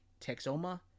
Texoma